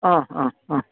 ആ അ അ